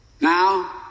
Now